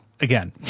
again